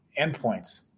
endpoints